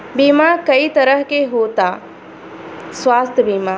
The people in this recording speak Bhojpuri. बीमा कई तरह के होता स्वास्थ्य बीमा?